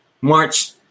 March